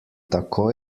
tako